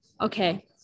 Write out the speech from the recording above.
okay